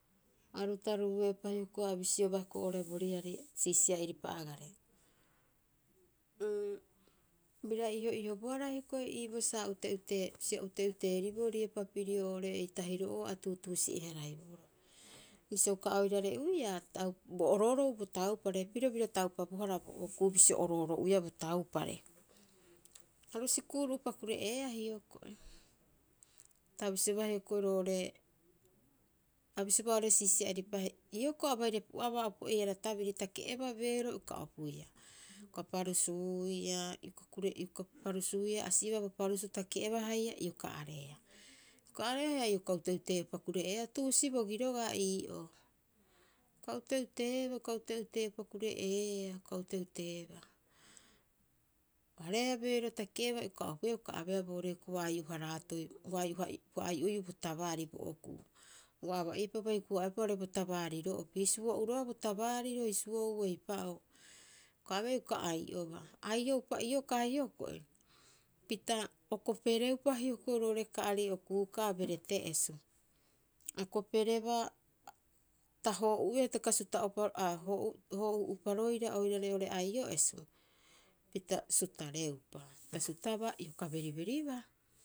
Aru taruu'e'upa hoko'i a bisioba hioko'i oo'ore bo riari siisia'iripa agare. Uu bira iho'ihobohara hioko'i iiboo sa ute'ute sa ute'uteriboo riepa pirio oo'ore ei tahiro'oo a ute'utee- haraiboroo. Bisio uka oirare'uia tau bo oroorou bo taupare, piro bira taupabohara bo okuu bisio orooro'uiaa bo taupare. Aru sikuuru'upa kure'eeaa hioko'i. Ta bisiobaa hioko'i roo'ore, a bisibaa oo'ore siisia'iripa e, hioko'i abaire pu'abaa opo'ihara tabiri ta ke'eba beeroo ioka opuiia. Ioka parusuuia. ioka kure ioka parusuuia, a si'ibaa bo parusuu ta ke'ebaa haia, ioka ereea. Ioka areea haia ioka ute'ute'upa kure'eea, tuusi bogi roga'a ii'oo. Ioka ute'uteebaa, ioka ute'utee'upa kure'eeaa ioka ute'uteebaa. Areea beeroo ta ke'ebaa, ioka opuiia ioka abeea boo'ore ua ai'o- haraatoi ua ai'oha'io ua ai'oiu bo tabaari bo okuu. Ua. aba'iepa bai huku- haa'oepa oo'ore bo tabaariro'opi hisuo'uu roga'a bo tabaariro hisuo'uu eipa'oo. Ioka abeea ioka ai'obaa. ai'o'opa iokaa hioko'i pita o kopereupa hioko'i roo'ore ka'ari o kuu'ka'a berete esu. A koperebaa ta ho'uuia hitaka suta'opa a hoo'uu hoo'uu'opa roiraa oirare oo'ore ai'oo'esu pita sutareupa. Ta sutabaa, ioka beriberibaa.